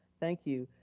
thank you.